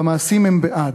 במעשים הם בעד,